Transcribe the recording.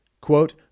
quote